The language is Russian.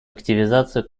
активизацию